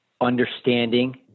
understanding